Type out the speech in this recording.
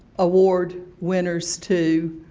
award winners to.